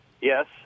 Yes